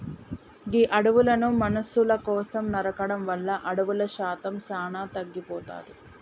గీ అడవులను మనుసుల కోసం నరకడం వల్ల అడవుల శాతం సానా తగ్గిపోతాది